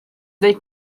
dweud